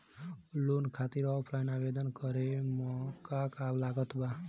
Loan खातिर offline आवेदन करे म का का लागत बा?